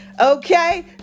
okay